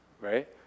right